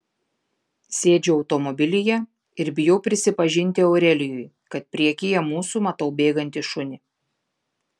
sėdžiu automobilyje ir bijau prisipažinti aurelijui kad priekyje mūsų matau bėgantį šunį